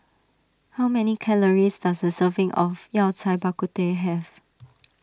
how many calories does a serving of Yao Cai Bak Kut Teh have